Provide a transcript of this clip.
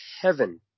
heaven